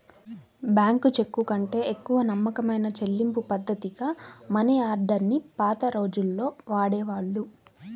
bank చెక్కుకంటే ఎక్కువ నమ్మకమైన చెల్లింపుపద్ధతిగా మనియార్డర్ ని పాత రోజుల్లో వాడేవాళ్ళు